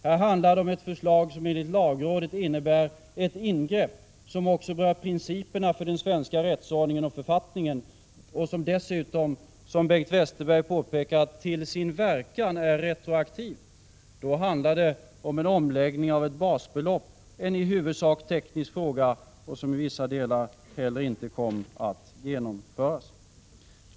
Här handlar det om ett förslag, som enligt lagrådet innebär ett ingrepp också i principerna för den svenska rättsordningen och författningen och som dessutom, som Bengt Westerberg påpekat, till sin verkan är retroaktivt. Då handlade det om en omläggning av ett basbelopp, en i huvudsak teknisk fråga, som i vissa delar inte heller kom att genomföras.